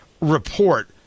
report